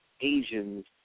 Asians